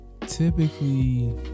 Typically